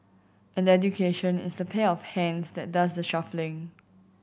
and education is the pair of hands that does the shuffling